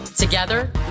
Together